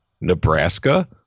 Nebraska